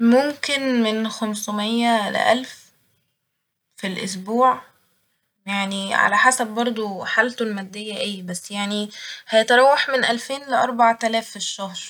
ممكن من خمسمية لألف في الأسبوع يعني على حسب برضه حالته المادية ايه ، بس يعني هيتراوح من ألفين لأربع تلاف في الشهر